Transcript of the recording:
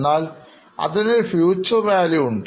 എന്നാൽ അതിനൊരു future Valueഉണ്ട്